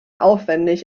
aufwendig